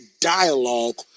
dialogue